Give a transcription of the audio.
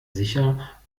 sicher